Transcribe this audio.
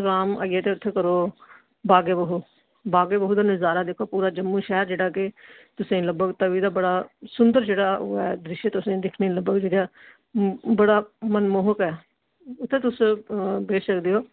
आराम आइयै ते उत्थे करो बाघ ए बहु बाघ ए बहु दा नजारा दिक्खो पूरा जम्मू शैह्र जेह्ड़ा के तुसें लब्बग तवी दा बड़ा सुन्दर जेह्ड़ा ओह् ऐ द्रिश्य तुसें दिक्खने लब्बग जेह्ड़ा बड़ा मनमोहक ऐ उत्थैं तुस बेई सकदे ओ